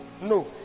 No